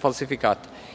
falsifikata. Mislim